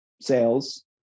sales